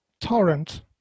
torrent